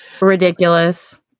Ridiculous